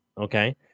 Okay